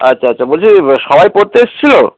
আচ্ছা আচ্ছা বলছি সবাই পড়তে এসছিলো